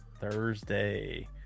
Thursday